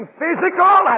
physical